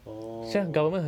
orh